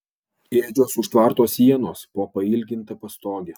ėdžios už tvarto sienos po pailginta pastoge